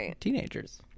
teenagers